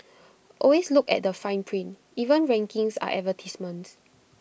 always look at the fine print even rankings are advertisements